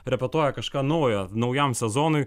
repetuoja kažką naujo naujam sezonui